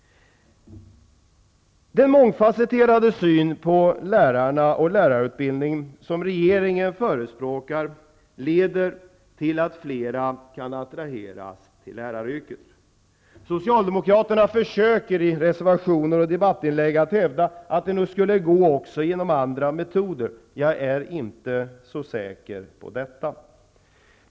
Den mångfasetterade syn på lärarna och lärarutbildningen som regeringen förespråkar leder till att fler kan attraheras till läraryrket. Socialdemokraterna försöker genom reservationer och debattinlägg hävda att det nog skulle gå att göra det också med andra metoder. Men jag är inte så säker på att det är möjligt.